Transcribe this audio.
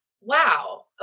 wow